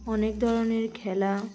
অনেক ধরনের খেলা